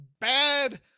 bad